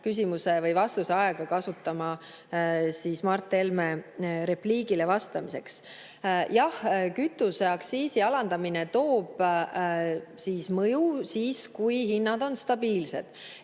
küsimusele vastamise aega kasutama Mart Helme repliigile vastamiseks. Jah, kütuseaktsiisi alandamine toob mõju siis, kui hinnad on stabiilsed.